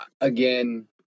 again